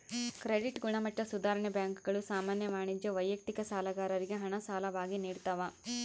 credit ಗುಣಮಟ್ಟ ಸುಧಾರಣೆ ಬ್ಯಾಂಕುಗಳು ಸಾಮಾನ್ಯ ವಾಣಿಜ್ಯ ವೈಯಕ್ತಿಕ ಸಾಲಗಾರರಿಗೆ ಹಣ ಸಾಲವಾಗಿ ನಿಡ್ತವ